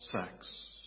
sex